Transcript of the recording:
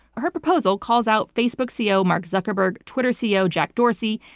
her proposal calls out facebook ceo, mark zuckerberg, twitter ceo, jack dorsey,